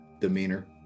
demeanor